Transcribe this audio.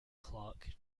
clarke